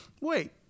Wait